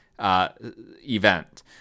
event